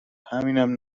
همینم